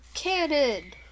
cannon